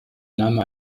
name